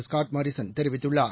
Scott Morrison தெரிவித்துள்ளார்